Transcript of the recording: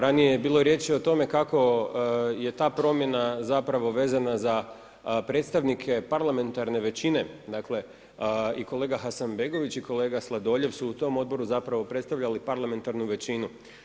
Ranije je bilo riječi o tome kako je ta promjena vezana za predstavnike parlamentarne većine, dakle i kolega Hasanbegović i kolega Sladoljev su u tom odboru predstavljali parlamentarnu većinu.